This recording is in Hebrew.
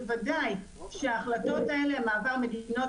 בוודאי שההחלטות האלה לגבי מעבר מדינות